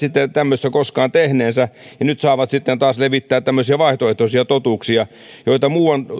tämmöistä koskaan tehneensä ja nyt saavat sitten taas levittää tämmöisiä vaihtoehtoisia totuuksia joita